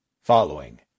Following